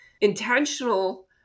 intentional